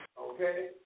Okay